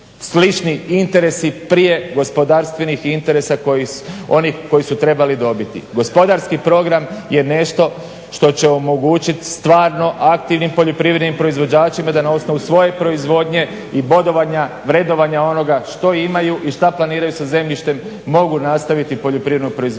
slični interesi prije gospodarstvenih interesa oni koji su trebali dobiti. Gospodarski program je nešto što će omogućiti stvarno aktivnim poljoprivrednim proizvođačima da na osnovu svoje proizvodnje i bodovanja, vrednovanja onoga što imaju i što planiraju sa zemljištem mogu nastaviti poljoprivrednu proizvodnju.